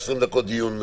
20 דקות דיון,